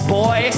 boy